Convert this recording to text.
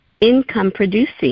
income-producing